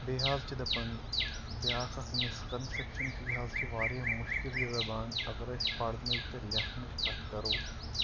بیٚیہِ حظ چھِ دَپان بیٛاکھ اَکھ مِسکَنسیپشَن چھُ یہِ حظ چھِ واریاہ مُشکِل یہِ زَبان اگر أسۍ پَرنٕچ تہٕ لیٚکھنٕچ کَتھ کَرو